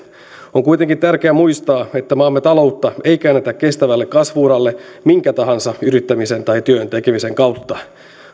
on kuitenkin tärkeä muistaa että maamme taloutta ei käännetä kestävälle kasvu uralle minkä tahansa yrittämisen tai työn tekemisen kautta